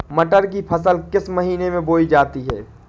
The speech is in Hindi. मटर की फसल किस महीने में बोई जाती है?